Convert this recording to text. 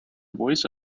voice